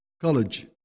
college